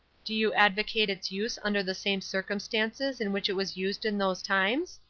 do you advocate its use under the same circumstances in which it was used in those times?